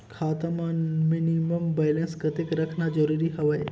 खाता मां minimum balance कतेक रखना जरूरी हवय?